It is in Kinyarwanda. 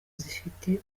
zifite